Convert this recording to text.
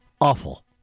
Awful